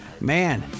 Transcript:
Man